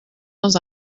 dans